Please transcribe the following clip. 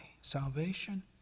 salvation